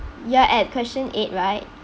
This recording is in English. you're at question eight right